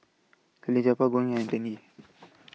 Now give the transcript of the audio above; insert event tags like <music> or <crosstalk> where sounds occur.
<noise> Salleh Japar Goh and Tan Yee